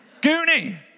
Goonie